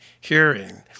hearing